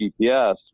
GPS